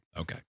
Okay